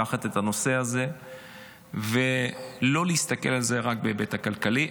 לקחת את הנושא הזה ולא להסתכל על זה רק בהיבט הכלכלי,